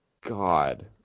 God